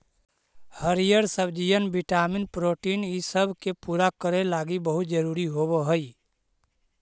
हरीअर सब्जियन vitamin protein ईसब के पूरा करे लागी बहुत जरूरी होब हई